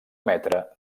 metre